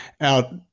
out